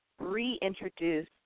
reintroduce